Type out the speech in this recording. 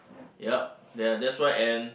yup then that's why and